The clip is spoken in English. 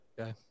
okay